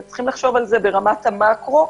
יש לחשוב ברמת המקרו.